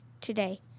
today